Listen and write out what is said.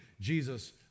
Jesus